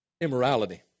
immorality